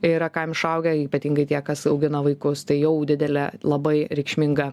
yra kam išaugę ypatingai tie kas augina vaikus tai jau didelė labai reikšminga